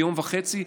ביום וחצי,